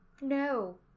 no